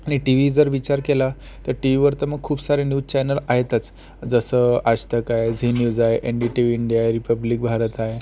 T V जर विचार केला तर टी व्हीवर तर मग खूप सारे न्यूज चॅनेल आहेतच जसं आजतक आहे झी न्यूज आहे N D T V India आहे रिपब्लिक भारत आहे